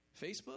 Facebook